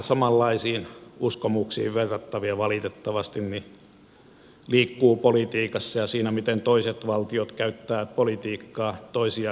vähän samanlaisiin uskomuksiin verrattavia valitettavasti liikkuu politiikassa ja siinä miten toiset valtiot käyttävät politiikkaa toisia kohtaan